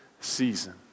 season